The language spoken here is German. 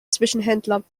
zwischenhändler